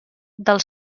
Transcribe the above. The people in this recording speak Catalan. del